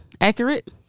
accurate